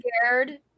scared